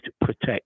protect